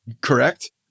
Correct